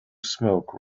smoke